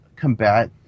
combat